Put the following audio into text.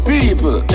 People